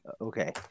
Okay